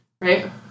Right